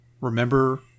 Remember